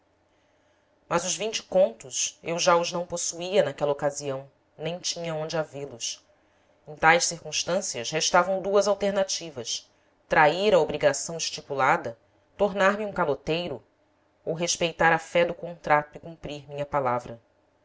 mas os vinte contos eu já os não possuía naquela ocasião nem tinha onde havê los em tais circunstâncias restavam duas alternativas trair a obrigação estipulada tornar-me um caloteiro ou respeitar a fé do contrato e cumprir minha palavra